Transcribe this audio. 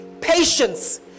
patience